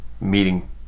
meeting